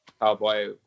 cowboy